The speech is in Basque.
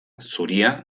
zuria